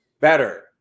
better